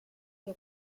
que